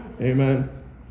Amen